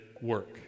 work